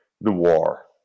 noir